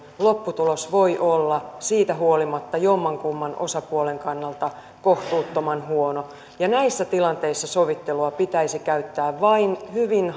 lopputulos voi olla siitä huolimatta jommankumman osapuolen kannalta kohtuuttoman huono näissä tilanteissa sovittelua pitäisi käyttää vain hyvin